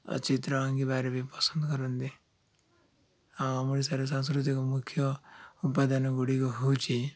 ଚିତ୍ର ଆଙ୍କିିବାରେ ବି ପସନ୍ଦ କରନ୍ତି ଆଉ ଓଡ଼ିଶାରେ ସାଂସ୍କୃତିକ ମୁଖ୍ୟ ଉପାଦାନଗୁଡ଼ିକ ହେଉଛି